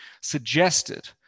suggested